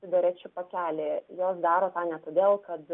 cigarečių pakelyje jos daro tą ne todėl kad